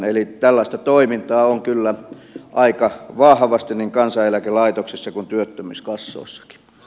eli tällaista toimintaa on kyllä aika vahvasti niin kansaneläkelaitoksessa kuin työttömyyskassoissakin